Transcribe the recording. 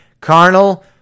carnal